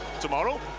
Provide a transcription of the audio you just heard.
tomorrow